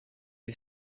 you